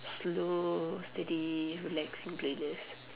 slow steady relaxing playlist